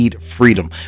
freedom